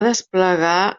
desplegar